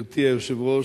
גברתי היושבת-ראש,